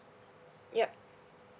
yup